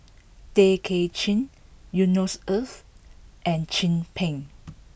Tay Kay Chin Yusnor Ef and Chin Peng